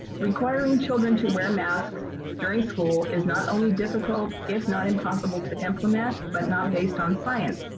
requiring children to wear masks during school is not only difficult if not impossible to implement, but not based on science.